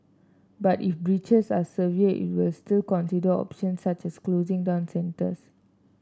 but if breaches are severe it will still consider options such as closing down centres